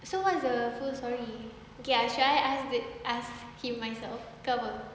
so what's the full story okay ah should I ask ask him myself ke apa